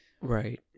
Right